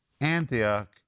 Antioch